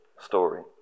story